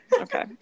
okay